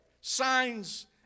signs